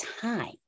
time